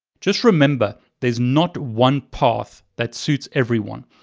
just remember, there's not one path that suits everyone.